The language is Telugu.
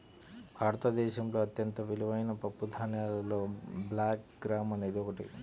భారతదేశంలో అత్యంత విలువైన పప్పుధాన్యాలలో బ్లాక్ గ్రామ్ అనేది ఒకటి